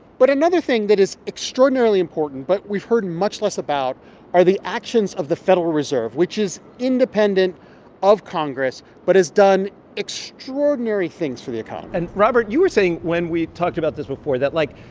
but another thing that is extraordinarily important but we've heard much less about are the actions of the federal reserve, which is independent of congress but has done extraordinary things for the economy and, robert, you were saying when we talked about this before that, like,